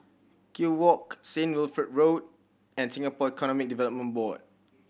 Kew Walk Saint Wilfred Road and Singapore Economic Development Board